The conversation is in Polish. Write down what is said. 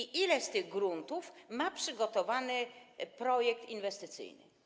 I ile z tych gruntów ma przygotowany projekt inwestycyjny?